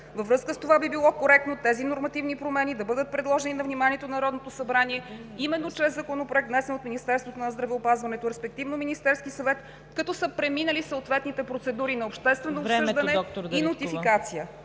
Във връзка с това, би било коректно тези нормативни промени да бъдат предложени на вниманието на Народното събрание именно чрез Законопроект, внесен от Министерството на здравеопазването, респективно от Министерския съвет, като са преминали съответните процедури на обществено обсъждане… ПРЕДСЕДАТЕЛ